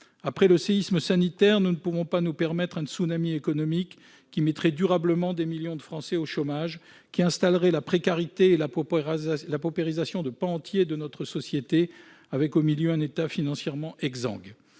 Après le séisme sanitaire, nous ne pouvons pas nous permettre un tsunami économique, qui mettrait durablement des millions de Français au chômage, qui installerait la précarité et la paupérisation de pans entiers de notre société avec, au milieu, un État financièrement exsangue.